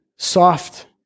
Soft